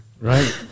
right